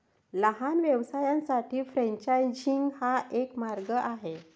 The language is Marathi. लहान व्यवसायांसाठी फ्रेंचायझिंग हा एक मार्ग आहे